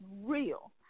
real